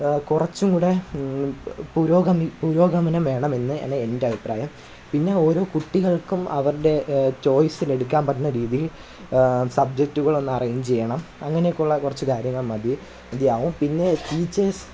കുറച്ചും കൂടെ പുരോഗമനം പുരോഗമനം വേണമെന്ന് എൻ്റെ അഭിപ്രായം പിന്നെ ഓരോ കുട്ടികൾക്കും അവരുടെ ചോയ്സിന് എടുക്കാൻ പറ്റുന്ന രീതിയിൽ സബ്ജക്റ്റുകളൊന്ന് അറേഞ്ച് ചെയ്യണം അങ്ങനെയൊക്കെ ഉള്ള കുറച്ച് കാര്യങ്ങൾ മതി മതിയാവും പിന്നെ ടീച്ചേഴ്സ്